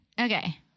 Okay